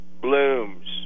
blooms